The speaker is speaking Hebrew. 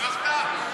בירכת?